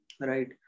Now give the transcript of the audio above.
right